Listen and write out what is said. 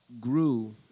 grew